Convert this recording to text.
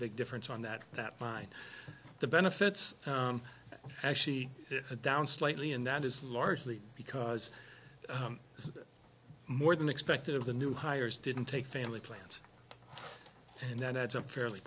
big difference on that that by the benefits actually down slightly and that is largely because more than expected of the new hires didn't take family plans and that adds up fairly